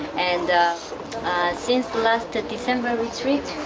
and since the last december retreat,